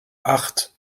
acht